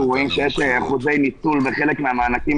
אנחנו רואים שיש אחוזי ניצולי בחלק מן המענקים